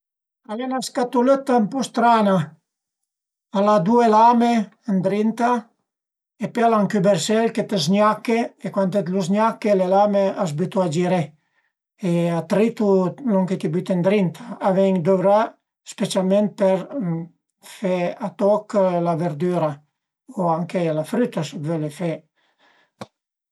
Al e 'na scatulëtta ën po strana, al a due lame ëndrinta e pöi al a ë cübersel che të zgnache, cuand t'lu zgnache le lame a së bütu a giré e a tritu lon che t'ie büte ëndrinta, a ven dovrà specialment për fe a toch la verdüra o anche la früta se völe fe